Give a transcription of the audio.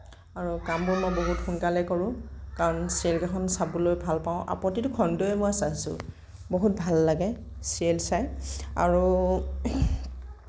আৰু কামবোৰ বহুত সোনকালে কৰোঁ কাৰণ চিৰিয়েলকেইখন চাবলৈ ভাল পাওঁ আৰু প্ৰতিটো খণ্ডই মই চাইছোঁ বহুত ভাল লাগে চিৰিয়েল চাই আৰু